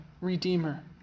redeemer